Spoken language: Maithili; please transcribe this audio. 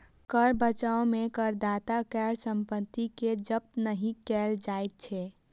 कर बचाव मे करदाता केर संपत्ति कें जब्त नहि कैल जाइ छै